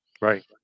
Right